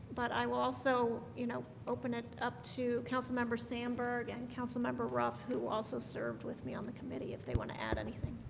but i also you know open it up to councilmember sandburg and councilmember ruff who also served with me on the committee if they want to add anything